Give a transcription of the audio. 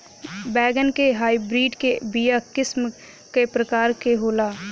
बैगन के हाइब्रिड के बीया किस्म क प्रकार के होला?